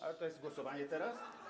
Ale to jest głosowanie teraz?